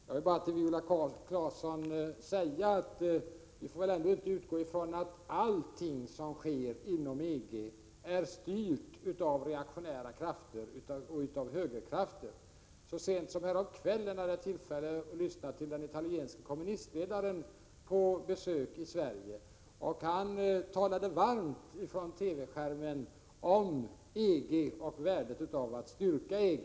Jag vill bara säga till Viola Claesson att vi ändå inte får utgå från att allting som sker inom EG är styrt av reaktionära krafter och av högerkrafter. Så sent som häromkvällen hade jag tillfälle att lyssna till den italienske kommunistledaren under hans besök i Sverige. Från TV 93 skärmen talade han varmt om EG och värdet av att stärka EG.